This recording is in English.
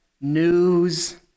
news